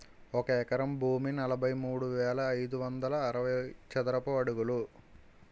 ఒక ఎకరం భూమి నలభై మూడు వేల ఐదు వందల అరవై చదరపు అడుగులు